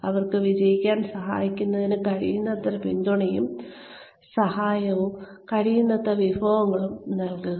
അവർക്ക് വിജയിക്കാൻ സഹായിക്കുന്നതിന് കഴിയുന്നത്ര പിന്തുണയും സഹായവും കഴിയുന്നത്ര വിഭവങ്ങളും നൽകുക